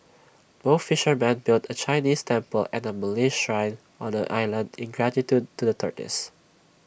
both fishermen built A Chinese temple and A Malay Shrine on the island in gratitude to the tortoise